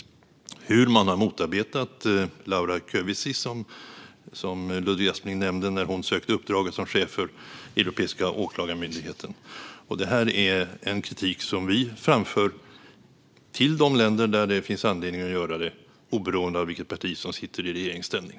Det handlar om hur man har motarbetat Laura Codruta Kövesi, som Ludvig Aspling nämnde, när hon sökte uppdraget som chef för Europeiska åklagarmyndigheten. Det är en kritik som vi framför till de länder där det finns anledning att göra det oberoende av vilket parti som sitter i regeringsställning.